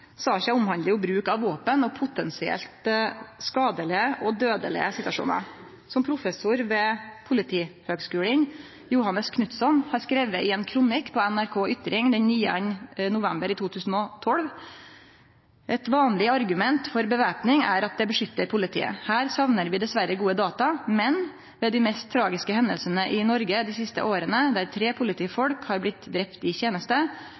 Saka omhandlar jo bruk av våpen og potensielt skadelege og dødelege situasjonar. Som professor ved Politihøgskulen, Johannes Knutsson, har skrive i ein kronikk på NRK Ytring den 9. november 2012: «Et vanlig argument for bevæpning er at det beskytter politiet. Her savner vi dessverre gode data. Men ved de mest tragiske hendelsene i Norge de siste årene, der tre politifolk har blitt drept i